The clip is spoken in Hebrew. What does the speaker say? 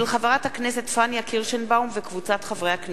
של חבר הכנסת דב חנין וקבוצת חברי הכנסת,